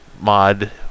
mod